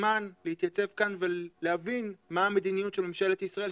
זמן להתייצב כאן ולהבין מה המדיניות של ממשלת ישראל,